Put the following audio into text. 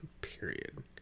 Period